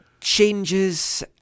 changes